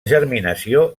germinació